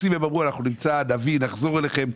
בתקציב הם אמרו: אנחנו נמצא, נביא, נחזור אליכם.